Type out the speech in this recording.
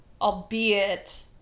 albeit